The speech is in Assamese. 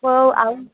অঁ আৰু